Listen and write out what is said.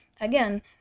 again